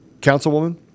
councilwoman